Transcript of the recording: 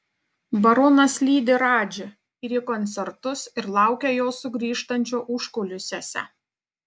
baronas lydi radži ir į koncertus ir laukia jo sugrįžtančio užkulisiuose